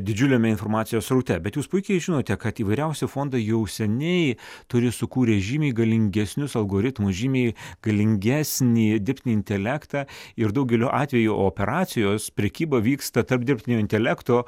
didžiuliame informacijos sraute bet jūs puikiai žinote kad įvairiausi fondai jau seniai turi sukūrę žymiai galingesnius algoritmus žymiai galingesnį dirbtinį intelektą ir daugeliu atveju operacijos prekyba vyksta tarp dirbtinio intelekto